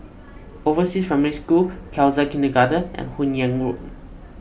Overseas Family School Khalsa Kindergarten and Hun Yeang Road